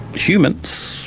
humans,